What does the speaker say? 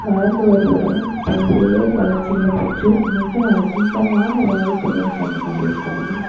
வளர்ந்து வரும் உலகம் பல்வேறு வளர்ச்சிகளை பெற்று மிக அதிகமான வேகத்துடன் சென்று கொண்டிருக்கிறது